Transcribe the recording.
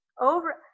over